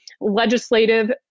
legislative